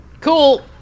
cool